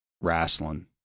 wrestling